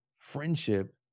friendship